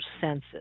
senses